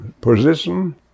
position